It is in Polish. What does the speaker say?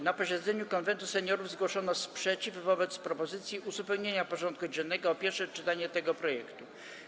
Na posiedzeniu Konwentu Seniorów zgłoszono sprzeciw wobec propozycji uzupełnienia porządku dziennego o pierwsze czytanie tego projektu.